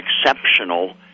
exceptional